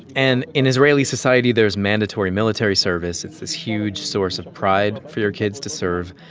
and in israeli society, there is mandatory military service, it's this huge source of pride for your kids to serve.